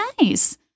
nice